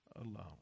alone